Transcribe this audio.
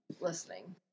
Listening